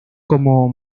como